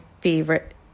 favorite